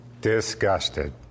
Disgusted